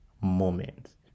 moment